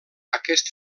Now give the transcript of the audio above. aquest